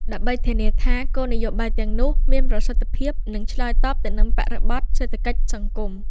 ដើម្បីធានាថាគោលនយោបាយទាំងនោះមានប្រសិទ្ធភាព និងឆ្លើយតបទៅនឹងបរិបទសេដ្ឋកិច្ចសង្គម។